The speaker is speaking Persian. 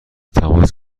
تماس